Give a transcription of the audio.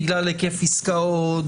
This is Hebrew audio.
בגלל היקף עסקאות,